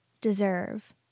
deserve